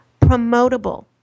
promotable